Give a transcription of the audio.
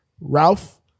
Ralph